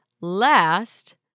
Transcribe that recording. Last